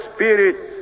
Spirit